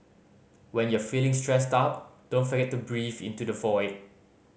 when you are feeling stressed out don't forget to breathe into the void